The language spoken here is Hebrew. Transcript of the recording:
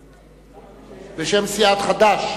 בשם סיעת חד"ש,